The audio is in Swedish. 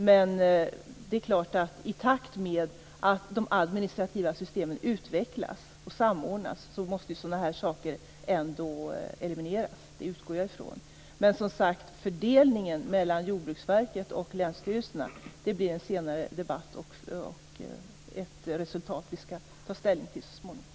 Men i takt med att de administrativa systemen utvecklas och samordnas måste sådana här saker förstås elimineras. Det utgår jag ifrån. Men som sagt: Fördelningen mellan Jordbruksverket och länsstyrelserna blir en senare debatt och något vi skall ta ställning till så småningom.